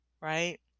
right